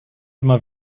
immer